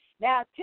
Now